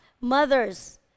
mothers